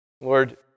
Lord